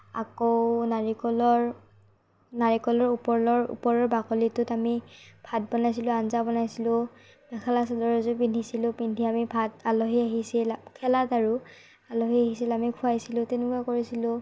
আকৌ নাৰিকলৰ নাৰিকলৰ ওপলৰ ওপৰৰ বাকলিটোত আমি ভাত বনাইছিলো আঞ্জা বনাইছিলো মেখেলা চাদৰ এযোৰ পিন্ধিছিলো পিন্ধি আমি ভাত আলহী আহিছিল খেলাত আৰু আলহী আহিছিল আমি খুৱাইছিলো তেনেকুৱা কৰিছিলো